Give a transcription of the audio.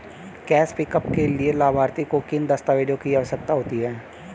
Cash pickup के लिए लाभार्थी को किन दस्तावेजों की आवश्यकता होगी?